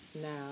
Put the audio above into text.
now